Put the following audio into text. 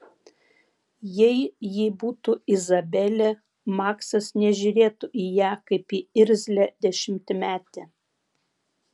jei ji būtų izabelė maksas nežiūrėtų į ją kaip į irzlią dešimtmetę